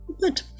Good